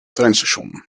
treinstation